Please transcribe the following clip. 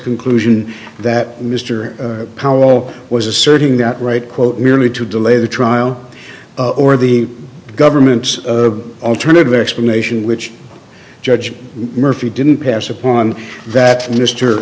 conclusion that mr powell was asserting that right quote merely to delay the trial or the government's alternative explanation which judge murphy didn't pass upon that mr